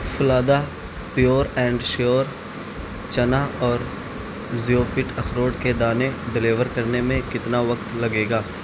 پھلادا pure and sure چنا اور زیوفٹ اخروٹ کے دانے ڈیلیور کرنے میں کتنا وقت لگے گا